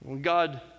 God